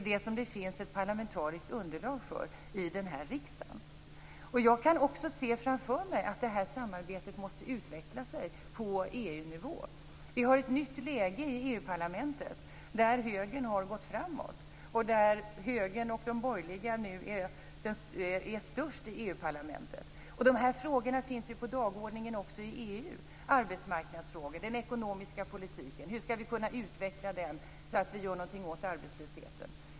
Det finns ett parlamentariskt underlag för det i riksdagen. Jag kan se framför mig att samarbetet måste utvecklas på EU-nivå. Vi har ett nytt läge i EU parlamentet, där högern har gått framåt. Högern och de borgerliga är nu störst i EU-parlamentet. Frågorna finns på dagordningen också i EU: arbetsmarknadsfrågor, den ekonomiska politiken, hur vi skall kunna utveckla den för att göra något åt arbetslösheten.